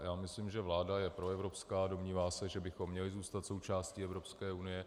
A já myslím, že vláda je proevropská, domnívá se, že bychom měli zůstat součástí Evropské unie.